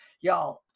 y'all